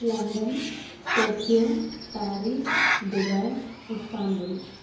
London Tokyo Paris Dubai Istanbul